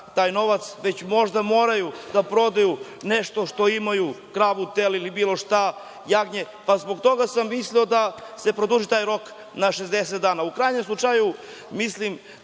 taj novac, već možda moraju da prodaju nešto što imaju, kravu, tele, jagnje, bilo šta. Zbog toga sam mislio da se produži taj rok na 60 dana. U krajnjem slučaju, mislim